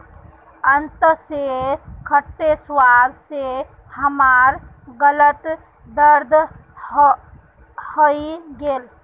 अनन्नासेर खट्टे स्वाद स हमार गालत दर्द हइ गेले